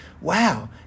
wow